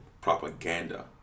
propaganda